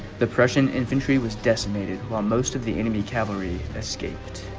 the prussian infantry was decimated while most of the enemy cavalry escaped